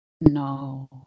No